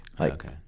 Okay